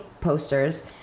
posters